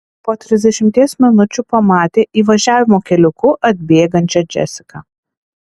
po trisdešimties minučių pamatė įvažiavimo keliuku atbėgančią džesiką